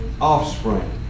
offspring